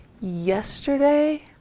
Yesterday